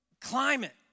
climate